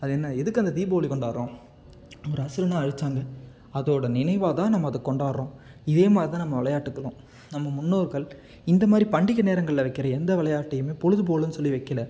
அது என்ன எதுக்கு அந்த தீப ஒளி கொண்டாடுறோம் ஒரு அசுரனை அழிச்சாங்க அதோடய நினைவாக தான் நம்ம அதை கொண்டாடுறோம் இதே மாதிரி தான் நம்ம விளையாட்டுக்களும் நம்ம முன்னோர்கள் இந்த மாதிரி பண்டிகை நேரங்களில் வைக்கிற எந்த விளையாட்டையுமே பொழுது போகலன்னு சொல்லி வைக்கல